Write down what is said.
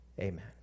amen